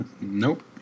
Nope